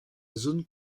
zone